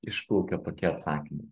išplaukia tokie atsakymai